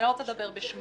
אני לא רוצה לדבר בשמם.